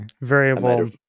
Variable